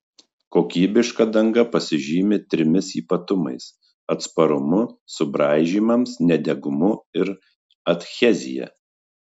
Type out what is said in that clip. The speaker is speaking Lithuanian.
kokybiška danga pasižymi trimis ypatumais atsparumu subraižymams nedegumu ir adhezija